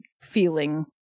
feeling